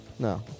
No